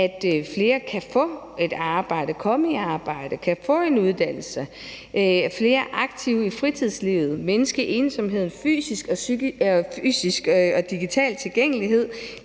at flere kan få et arbejde og komme i arbejde, kan få en uddannelse, at flere er aktive i fritidslivet, mindske ensomheden fysisk, digital tilgængelighed,